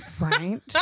Right